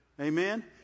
Amen